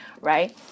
right